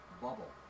bubble